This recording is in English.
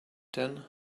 then